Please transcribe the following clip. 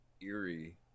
eerie